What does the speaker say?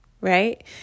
right